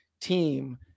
team